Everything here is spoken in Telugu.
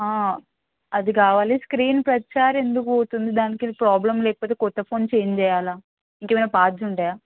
అది కావాలి స్క్రీన్ ప్రతీసారి ఎందుకు పోతుంది దానికి ఇది ప్రాబ్లమ్ లేకపోతే క్రొత్త ఫోన్ చేంజ్ చేయాలా ఇంకేమైనా పార్ట్స్ ఉంటాయా